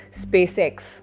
SpaceX